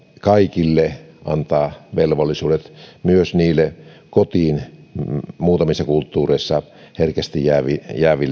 kaikille antaa velvollisuus myös niille muutamissa kulttuureissa herkästi kotiin jääville